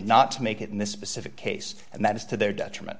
not to make it in this specific case and that is to their detriment